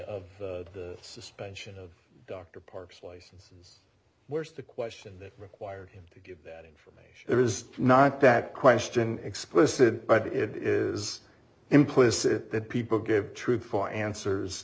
of the suspension of dr park's license where's the question that required him to give that information there is not that question explicit but it is implicit that people give truthful answers